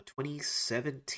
2017